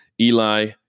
Eli